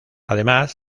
además